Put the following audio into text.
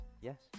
yes